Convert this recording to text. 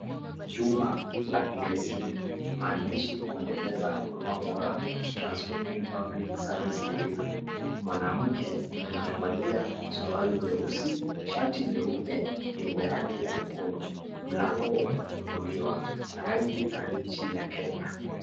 Jumba la glesi maandishi kuendeleza huduma bora transforming public service delivery mwanamke amevalia suruali nyeusi shati nyeupe yenye rangi ya nyekundu mlango umefunguliwa na rangi za nchi ya Kenya.